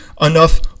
enough